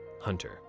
hunter